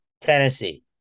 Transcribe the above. Tennessee